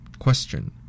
Question